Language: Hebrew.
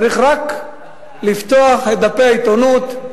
צריך רק לפתוח את דפי העיתונות,